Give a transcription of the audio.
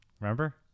Remember